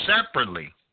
separately